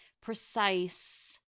precise